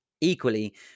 Equally